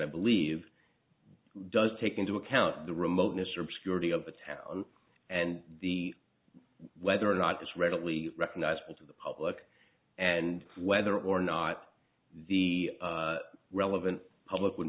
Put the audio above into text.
i believe does take into account the remoteness or obscurity of the town and the whether or not it's readily recognizable to the public and whether or not the relevant public would